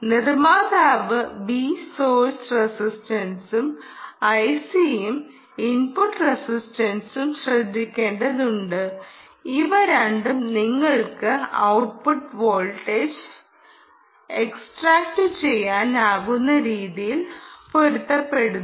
നിർമ്മാതാവ് B source റസിസ്റ്റൻസും ഐസിയുടെ ഇൻപുട്ട് റസിസ്റ്റൻസും ശ്രദ്ധിക്കേണ്ടതുണ്ട് ഇവ രണ്ടും നിങ്ങൾക്ക് ഔട്ട്പുട്ട് വോൾട്ടേജ് എക്സ്ട്രാക്റ്റുചെയ്യാനാകുന്ന രീതിയിൽ പൊരുത്തപ്പെടുത്തുന്നു